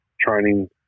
training